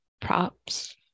props